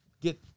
get